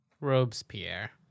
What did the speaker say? Robespierre